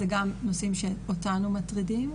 זה גם נושאים שאותנו מטרידים.